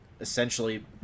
essentially